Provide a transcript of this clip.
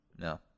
No